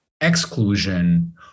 exclusion